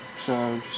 so